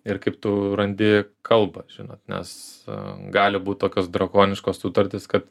ir kaip tu randi kalbą žinot nes gali būt tokios drakoniškos sutartys kad